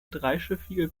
dreischiffige